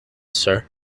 sir